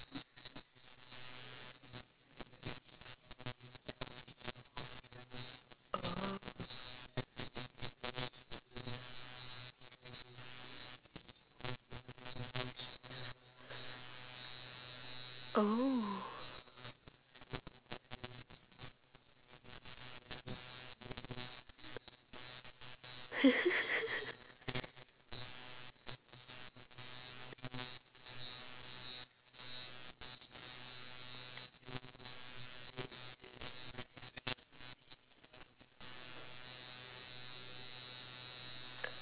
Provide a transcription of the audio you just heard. oh oh